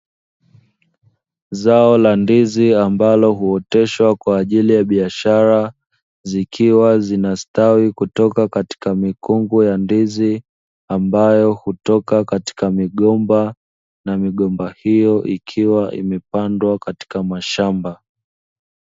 Zao la ndizi ambalo huoteshwa kwa ajili ya biashara, zikiwa zinastawi kutoka katika mikungu ya ndizi, ambayo hutoka katika migomba na migomba hiyo ikiwa imepandwa katika mashamba.